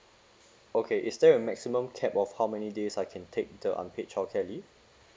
okay is there a maximum cap of how many days I can take the unpaid childcare leave